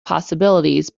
possibilities